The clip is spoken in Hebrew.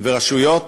ורשויות